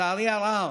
לצערי הרב,